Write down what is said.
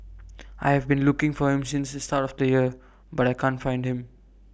I have been looking for him since the start of the year but I can't find him